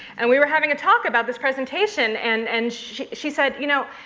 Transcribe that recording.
and we were having a talk about this presentation. and and she she said. you know,